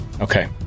okay